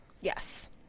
yes